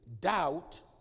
doubt